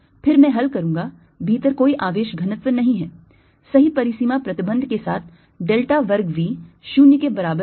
फिर मैं हल करूंगा भीतर कोई आवेश घनत्व नहीं है सही परिसीमा प्रतिबंध के साथ डेल्टा वर्ग V 0 के बराबर है